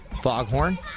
Foghorn